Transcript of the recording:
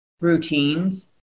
routines